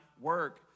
work